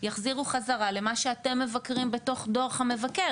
יחזירו חזרה למה שאתם מבקרים בתוך דוח המבקר